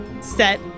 set